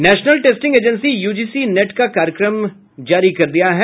national Testing Agency ने UGC NET का कार्यक्रम जारी कर दिया है